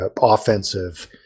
offensive